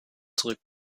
zurück